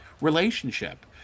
relationship